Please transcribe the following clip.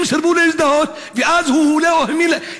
שהם סירבו להזדהות, ואז הוא לא האמין להם.